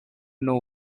know